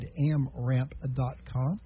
amramp.com